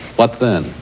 what then?